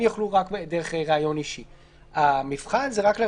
הם יוכלו רק דרך ראיון אישי.